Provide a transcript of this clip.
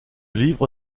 livre